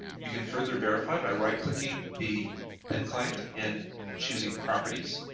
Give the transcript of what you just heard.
you can further verify by right clicking the thin client and choosing properties